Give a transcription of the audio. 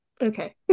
Okay